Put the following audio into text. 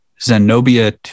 Zenobia